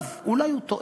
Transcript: אולי הוא טועה.